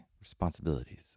responsibilities